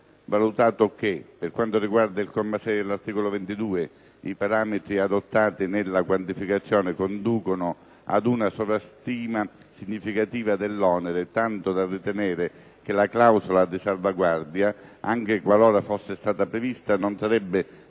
valutato che: per quanto riguarda il comma 6 dell'articolo 22, i parametri adottati nella quantificazione conducono ad una sovrastima significativa dell'onere, tanto da ritenere che la clausola di salvaguardia anche qualora fosse stata prevista non sarebbe